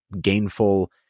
gainful –